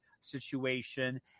situation